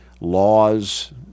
laws